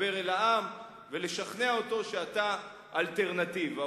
להתחבר אל העם ולשכנע שאתה אלטרנטיבה.